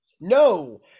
No